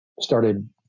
started